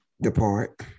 depart